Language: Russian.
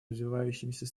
развивающимися